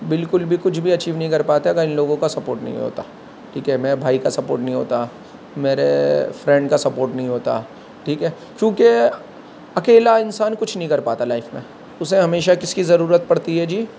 بالکل بھی کچھ بھی اچیو نہیں کرپاتے اگر ان لوگوں کا سپورٹ نہیں ہوتا ٹھیک ہے میرے بھائی کا سپورٹ نہیں ہوتا میرے فرینڈ کا سپورٹ نہیں ہوتا ٹھیک ہے چونکہ اکیلا انسان کچھ نہیں کرپاتا لائف میں اسے ہمیشہ کس کی ضرورت پڑتی ہے جی